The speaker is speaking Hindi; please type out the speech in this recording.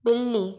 बिल्ली